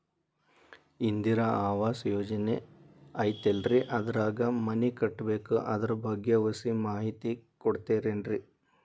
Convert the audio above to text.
ಇಂದಿರಾ ಆವಾಸ ಯೋಜನೆ ಐತೇಲ್ರಿ ಅದ್ರಾಗ ಮನಿ ಕಟ್ಬೇಕು ಅದರ ಬಗ್ಗೆ ಒಸಿ ಮಾಹಿತಿ ಕೊಡ್ತೇರೆನ್ರಿ?